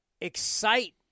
excite